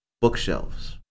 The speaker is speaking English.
bookshelves